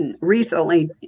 recently